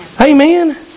Amen